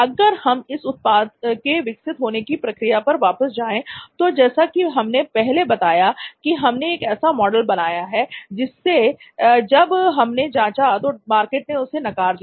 अगर हम इस उत्पाद के विकसित होने की प्रक्रिया पर वापस जाएं तो जैसा कि हमने पहले बताया कि हमने एक ऐसा मॉडल बनाया जिसे जब हमने जांचा तो मार्केट ने उसे नकार दिया